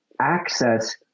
access